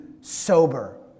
sober